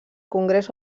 congrés